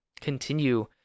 continue